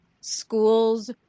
schools